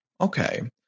Okay